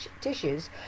tissues